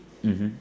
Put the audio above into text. mmhmm